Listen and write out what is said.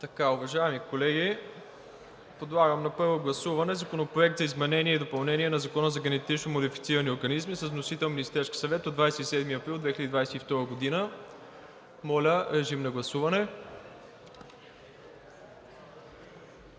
Уважаеми колеги, подлагам на първо гласуване Законопроекта за изменение и допълнение на Закона за генетично модифицирани организми. Вносител е Министерският съвет на 27 април 2022 г. Гласували